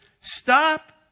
stop